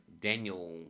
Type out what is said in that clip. Daniel